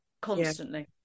constantly